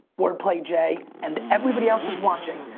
word play jay, and everybody else is watching.